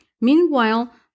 Meanwhile